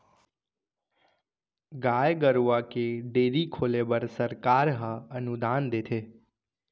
गाय गरूवा के डेयरी खोले बर सरकार ह अनुदान देथे